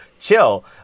chill